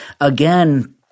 again